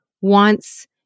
wants